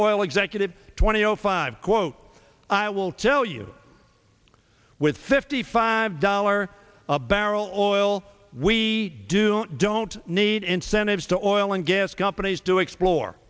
oil executive twenty zero five quote i will tell you with fifty five dollar a barrel oil we do not don't need incentives to or oil and gas companies to explore